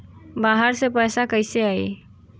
बाहर से पैसा कैसे आई?